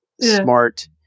smart –